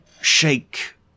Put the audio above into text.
shake